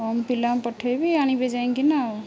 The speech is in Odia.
ହଁ ମୁଁ ପିଲାଙ୍କୁ ପଠେଇବି ଆଣିବେ ଯାଇଁକିନା ଆଉ